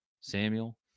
samuel